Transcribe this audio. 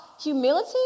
Humility